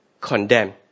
condemn